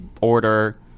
order